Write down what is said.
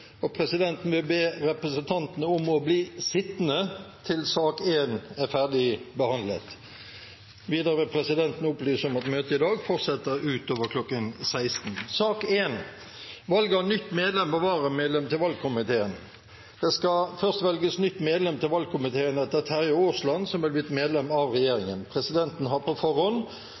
måte. Presidenten vil opplyse om at møtet i dag fortsetter ut over kl. 16. Det skal først velges nytt medlem til valgkomiteen etter Terje Aasland, som har blitt medlem av regjeringen. Presidenten har på forhånd